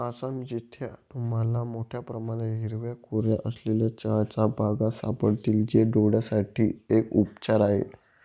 आसाम, जिथे तुम्हाला मोठया प्रमाणात हिरव्या कोऱ्या असलेल्या चहाच्या बागा सापडतील, जे डोळयांसाठी एक उपचार आहे